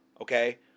okay